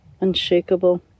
unshakable